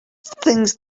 things